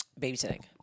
Babysitting